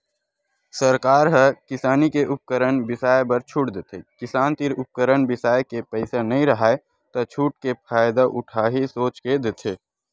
सरकार ह किसानी के उपकरन बिसाए बर छूट देथे किसान तीर उपकरन बिसाए के पइसा नइ राहय त छूट के का फायदा उठाही सोच के देथे